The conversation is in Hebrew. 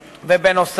באלה.